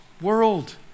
world